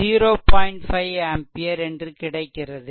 5 ampere என்று கிடைக்கிறது